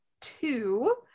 two